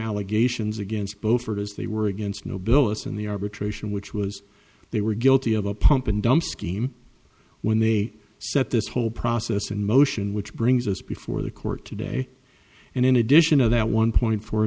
allegations against both for it as they were against nobilis in the arbitration which was they were guilty of a pump and dump scheme when they set this whole process in motion which brings us before the court today and in addition to that one point four